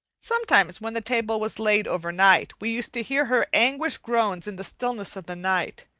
sometimes, when the table was laid over night, we used to hear her anguished groans in the stillness of the night.